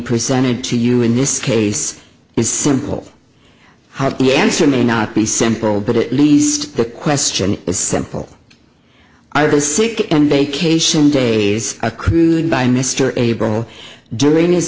presented to you in this case is simple how the answer may not be simple but it least the question is simple i was sick and vacation days accrued by mr abel during his